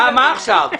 מה עכשיו?